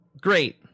Great